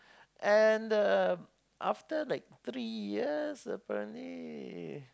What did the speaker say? and um after like three years apparently